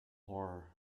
horror